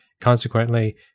consequently